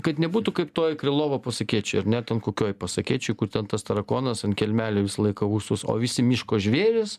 kad nebūtų kaip toj krylovo pasakėčioj ar ne ten kokioj pasakėčioj kur ten tas tarakonas ant kelmelio visą laiką ūsus o visi miško žvėrys